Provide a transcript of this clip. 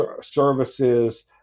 services